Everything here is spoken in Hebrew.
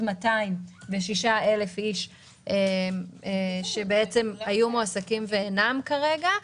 206,000 אנשים שהיו מועסקים ואינם כרגע,